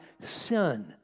sin